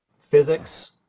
physics